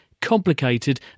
complicated